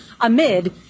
amid